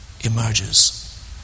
emerges